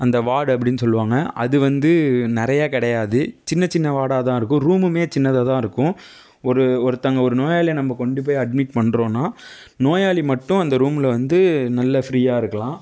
அந்த வார்டு அப்படின்னு சொல்லுவாங்க அது வந்து கிடையாது சின்ன சின்ன வாடாதாயிருக்கும் ரூமுமே சின்னதாகதான் இருக்கும் ஒரு ஒருத்தவங்க நம்ப நோயாளியை கொண்டு போய் அட்மிட் பண்றோனா நோயாளி மட்டும் அந்த ரூமில் வந்து நல்ல ஃபிரீயாகருக்குளான்